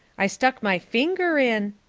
i stuck my finger in.